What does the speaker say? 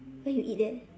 where you eat that